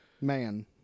man